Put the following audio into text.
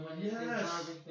Yes